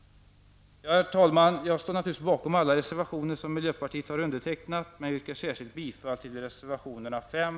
Herr talman! Jag står naturligtvis bakom alla reservationer som miljöpartiet har undertecknat, men jag yrkar särskilt bifall till reservationerna 5,